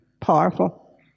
powerful